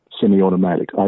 semi-automatic